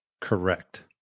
correct